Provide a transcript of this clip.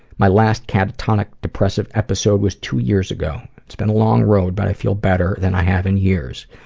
my last catatonic depressive episode was two years ago. it's been a long road, but i feel better than i have in years.